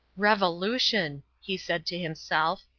revolution! he said to himself.